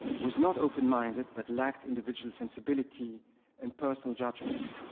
was not open-minded, but lacked individual sensibility and personal judgment.